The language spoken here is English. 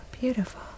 Beautiful